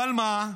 אבל מה,